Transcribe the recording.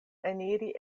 eniri